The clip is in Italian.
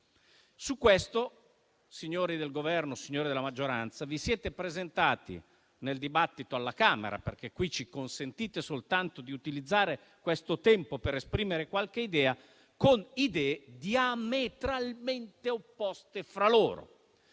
Su questo, signori del Governo e della maggioranza, vi siete presentati nel dibattito alla Camera - qui ci consentite soltanto di utilizzare questo tempo per esprimere qualche idea - con idee diametralmente opposte fra loro.